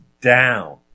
down